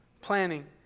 planning